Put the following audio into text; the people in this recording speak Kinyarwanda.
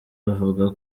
bavuga